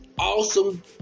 awesome